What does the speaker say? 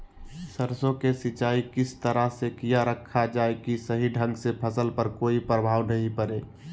सरसों के सिंचाई किस तरह से किया रखा जाए कि सही ढंग से फसल पर कोई प्रभाव नहीं पड़े?